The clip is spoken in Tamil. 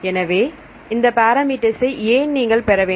எனவே இந்த பாராமீட்டர்சை ஏன் நீங்கள் பெற வேண்டும்